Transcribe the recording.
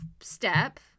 step